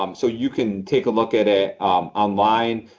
um so you can take a look at it online.